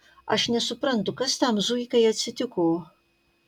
aš nesuprantu kas tam zuikai atsitiko